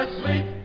sweet